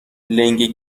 لنگه